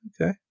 Okay